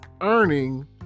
earning